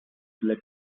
led